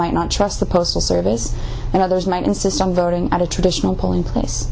might not trust the postal service and others might insist on voting at a traditional polling place